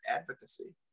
advocacy